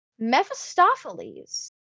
Mephistopheles